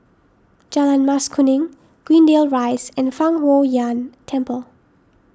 Jalan Mas Kuning Greendale Rise and Fang Huo Yuan Temple